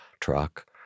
truck